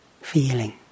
feeling